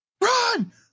Run